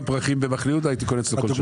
פרחים במחנה יהודה הייתי קונה אצלו כל שבוע.